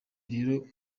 rero